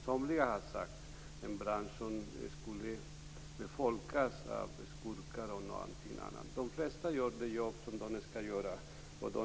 Somliga har sagt att det är en bransch som befolkas av skurkar. De flesta gör det jobb som de skall göra.